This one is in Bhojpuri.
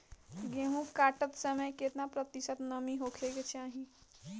गेहूँ काटत समय केतना प्रतिशत नमी होखे के चाहीं?